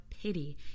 pity